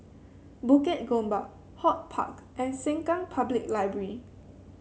Bukit Gombak HortPark and Sengkang Public Library